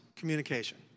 Communication